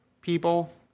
people